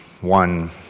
One